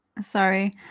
sorry